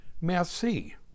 Merci